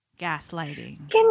gaslighting